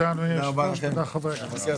תודה, אדוני היושב ראש, תודה לחברי הכנסת.